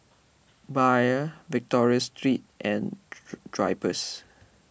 Bia Victoria Secret and Drypers